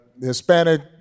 Hispanic